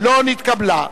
לא נתקבלה.